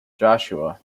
joshua